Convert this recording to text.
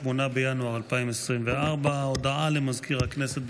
8 בינואר 2024. הודעה למזכיר הכנסת,